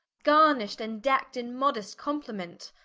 garnish'd and deck'd in modest complement,